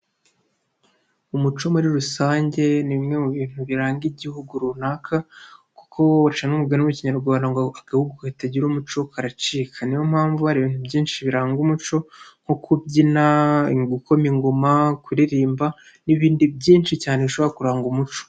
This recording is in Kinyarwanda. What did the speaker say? Umuco muri rusange ni bimwe mu bintu biranga igihugu runaka, kuko baca n'umugani mu kinyarwanda ngo agahugu katagira umuco karacika, niyo mpamvu hari ibintu byinshi biranga umuco nko kubyina, gukoma ingoma, kuririmba n'ibindi byinshi cyane bishobora kuranga umuco.